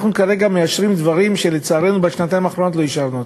אנחנו כרגע מאשרים דברים שלצערנו בשנתיים האחרונות לא אישרנו.